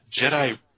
Jedi –